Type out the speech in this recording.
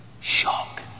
Shock